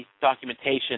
documentation